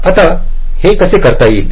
आता हे कसे करता येईल